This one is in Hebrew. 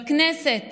ובכנסת